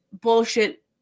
bullshit